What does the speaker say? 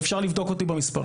ואפשר לבדוק אותי במספרים.